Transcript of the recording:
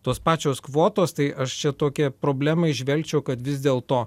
tos pačios kvotos tai aš čia tokią problemą įžvelgčiau kad vis dėl to